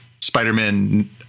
Spider-Man